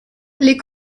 les